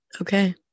Okay